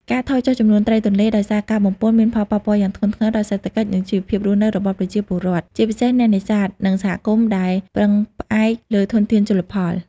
ការថយចុះចំនួនត្រីទន្លេដោយសារការបំពុល មានផលប៉ះពាល់យ៉ាងធ្ងន់ធ្ងរដល់សេដ្ឋកិច្ច និងជីវភាពរស់នៅរបស់ប្រជាពលរដ្ឋ ជាពិសេសអ្នកនេសាទ និងសហគមន៍ដែលពឹងផ្អែកលើធនធានជលផល។